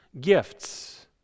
gifts